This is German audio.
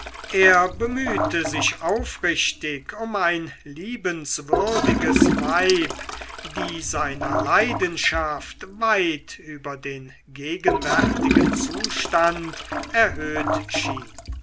er bemühte sich aufrichtig um ein liebenswürdiges weib die seiner leidenschaft weit über den gegenwärtigen zustand erhöht schien